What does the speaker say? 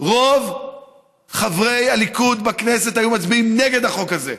רוב חברי הליכוד בכנסת היו מצביעים נגד החוק הזה.